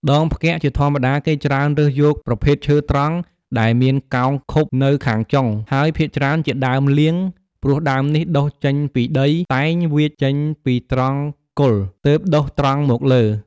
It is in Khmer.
ដងផ្គាក់ជាធម្មតា គេច្រើនរើសយកប្រភេទឈើត្រង់ដែលមានកោងខុបនៅខាងចុង ហើយភាគច្រើនជាដើមលៀង ព្រោះដើមនេះដុះចេញពីដីតែងវៀចចេញពីត្រង់គល់ ទើបដុះត្រង់មកលើ ។